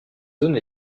zone